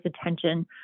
attention